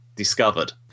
discovered